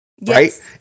right